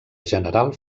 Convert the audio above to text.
general